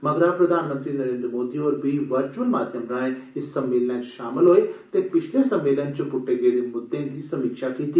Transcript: मगरा प्रधानमंत्री नरेन्द्र मोदी होर बी वर्चुअल माध्यम राएं इस सम्मेलने च शामल होए ते पिछले सम्मेलन च पुद्टे गेदे मुद्दें दी समीक्षा कीती